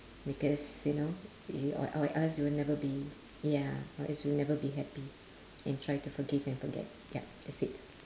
because you know y~ or or else you will never be ya or else you will never be happy and try to forgive and forget yup that's it